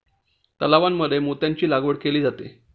तलावांमध्ये मोत्यांची लागवड केली जाते